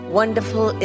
wonderful